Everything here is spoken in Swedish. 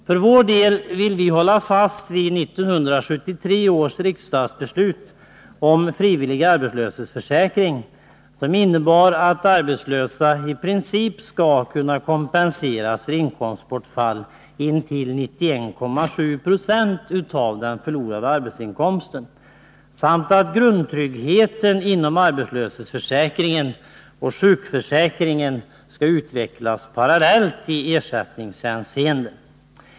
För vår del vill vi hålla fast vid 1973 års riksdagsbeslut om frivillig arbetslöshetsförsäkring, som innebar att arbetslösa i princip skulle kunna kompenseras för inkomstbortfall intill 91,7 26 av den förlorade arbetsinkomsten samt att grundtryggheten inom arbetslöshetsförsäkringen och sjukförsäkringen skulle utvecklas parallellt i ersättningshänseende.